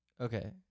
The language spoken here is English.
Okay